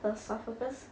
the sufferers